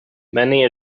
many